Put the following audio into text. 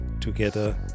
together